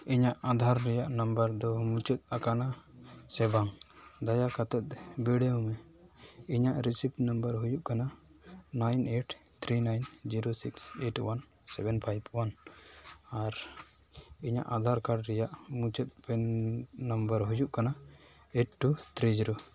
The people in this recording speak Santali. ᱤᱧᱟᱹᱜ ᱟᱫᱷᱟᱨ ᱨᱮᱭᱟᱜ ᱱᱟᱢᱵᱟᱨ ᱫᱚ ᱢᱩᱪᱟᱹᱫ ᱟᱠᱟᱱᱟ ᱥᱮ ᱵᱟᱝ ᱫᱟᱭᱟ ᱠᱟᱛᱮᱫ ᱵᱤᱰᱟᱹᱣ ᱢᱮ ᱤᱧᱟᱹᱜ ᱨᱤᱥᱤᱵᱷ ᱱᱟᱢᱵᱟᱨ ᱦᱩᱭᱩᱜ ᱠᱟᱱᱟ nine eight three nine zero six eight one seven five one ᱟᱨ ᱤᱧᱟᱹᱜ ᱟᱫᱷᱟᱨ ᱠᱟᱨᱰ ᱨᱮᱭᱟᱜ ᱢᱩᱪᱟᱹᱫ ᱯᱮᱱ ᱱᱟᱢᱵᱟᱨ ᱦᱩᱭᱩᱜ ᱠᱟᱱᱟ ᱮᱭᱤᱴ ᱴᱩ ᱛᱷᱨᱤ ᱡᱤᱨᱳ